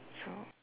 so